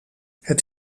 het